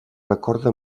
recorda